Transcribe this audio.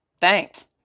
thanks